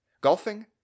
golfing